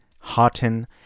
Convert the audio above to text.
Hotten